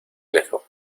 alejó